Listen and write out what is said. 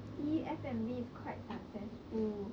see F&B is quite successful